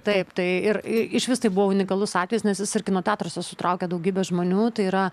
taip tai ir išvis tai buvo unikalus atvejis nes jis ir kino teatruose sutraukė daugybę žmonių tai yra